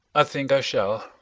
i think i shall.